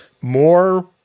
More